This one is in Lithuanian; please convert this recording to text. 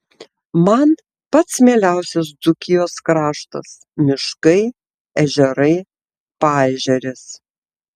man pats mieliausias dzūkijos kraštas miškai ežerai paežerės